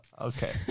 Okay